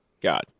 God